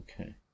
Okay